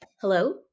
Hello